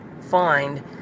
find